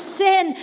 sin